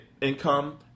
income